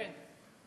כן.